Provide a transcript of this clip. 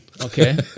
Okay